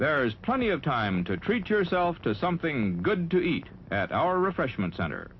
there is plenty of time to treat yourself to something good to eat at our refreshment cent